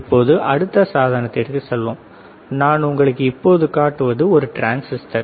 இப்போது அடுத்த சாதனத்திற்கு செல்வோம் நான் உங்களுக்கு இப்போது காட்டுவது ஒரு டிரான்சிஸ்டர்